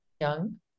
young